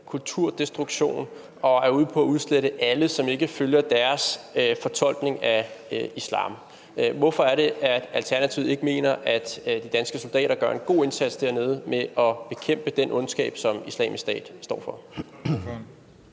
kulturdestruktion og er ude på at udslette alle, som ikke følger deres fortolkning af islam. Hvorfor er det, at Alternativet ikke mener, at danske soldater gør en god indsats dernede med at bekæmpe den ondskab, som Islamisk Stat står for?